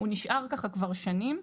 הוא נשאר כך כבר שנים.